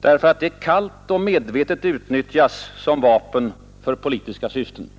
därför att det kallt och medvetet utnyttjas som vapen för politiska syften.